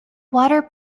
water